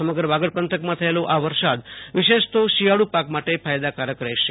સમગ્ર વાગડ પંથકમાં થયેલ આ વરસાદ વિશેષ તો શિયાળુ પાક માટે ફાયદા કારક રહેશે